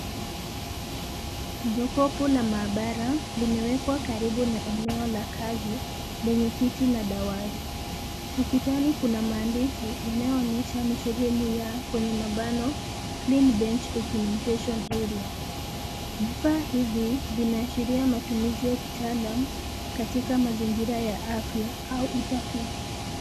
Jokofu la mahabara limewekwa karibu na eneo la kazi lenye kiti na dawati, ukutani kuna maandishi yanoyonyesha ni sehemu ya clean bench documentation area vifaa hivi vina ashiria matumizi ya kitaalamu katika mazingira ya afya au utafiti.